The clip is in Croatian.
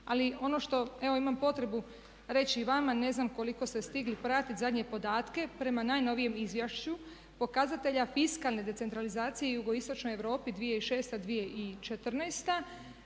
Ali ono što evo imam potrebu reći i vama, ne znam koliko ste stigli pratiti zadnje podatke, prema najnovijem izvješću pokazatelja fiskalne decentralizacije u jugoistočnoj Europi 2006.-2014.